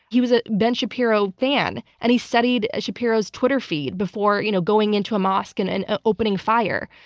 he was a ben shapiro fan, and he studied shapiro's twitter feed before you know going into a mosque and and ah opening fire.